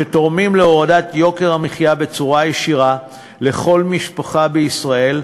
שתורמים בצורה ישירה להורדת יוקר המחיה לכל משפחה בישראל,